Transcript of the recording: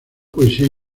poesía